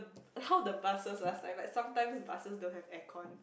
how the buses last time right sometimes buses don't have aircon